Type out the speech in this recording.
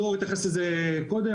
דרור התייחס לזה קודם,